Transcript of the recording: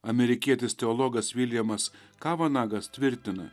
amerikietis teologas viljamas kavanagas tvirtina